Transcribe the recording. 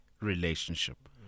relationship